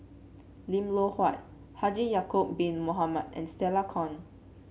Lim Loh Huat Haji Ya'acob Bin Mohamed and Stella Kon